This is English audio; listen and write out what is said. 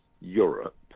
Europe